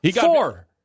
Four